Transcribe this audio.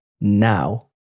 now